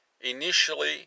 initially